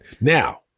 Now